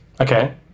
Okay